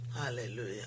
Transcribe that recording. Hallelujah